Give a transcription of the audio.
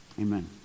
Amen